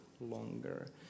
longer